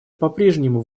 попрежнему